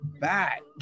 back